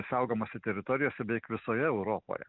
saugomose teritorijose beveik visoje europoje